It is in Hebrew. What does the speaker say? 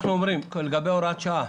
לגבי הוראת שעה